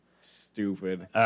stupid